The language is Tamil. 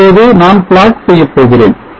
இப்போது நான் plot செய்யப் போகிறேன்